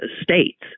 states